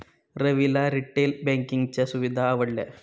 रविला रिटेल बँकिंगच्या सुविधा आवडल्या